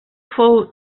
fou